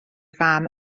fam